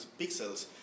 pixels